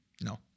No